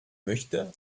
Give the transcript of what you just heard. möchte